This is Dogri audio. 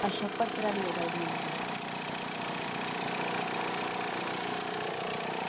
अच्छा पत्तल आह्लीं चाही दियां तुसें